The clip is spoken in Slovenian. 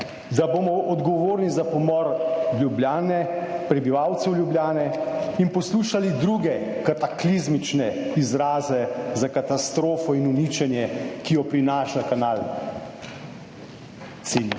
da bomo odgovorni za pomor Ljubljane, prebivalcev Ljubljane in poslušali druge kataklizmične izraze za katastrofo in uničenje, ki jo prinaša kanal C0.